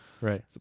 Right